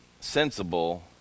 sensible